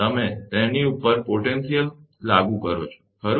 તમે તેમની ઉપર પોટેન્શિયલ લાગુ કરો છો ખરું